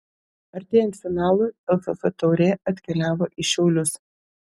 artėjant finalui lff taurė atkeliavo į šiaulius